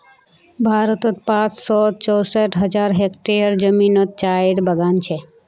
भारतोत पाँच सौ चौंसठ हज़ार हेक्टयर ज़मीनोत चायेर बगान छे